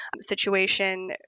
situation